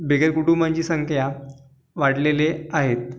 बेघर कुटुंबांची संख्या वाढलेले आहेत